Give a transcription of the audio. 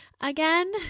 again